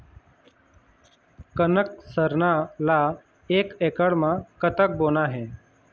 कनक सरना ला एक एकड़ म कतक बोना हे?